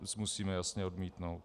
To musíme jasně odmítnout.